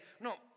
no